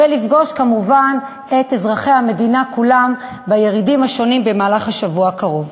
ולפגוש כמובן את אזרחי המדינה כולם בירידים השונים במהלך השבוע הקרוב.